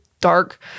dark